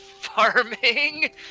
farming